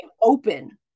open